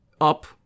up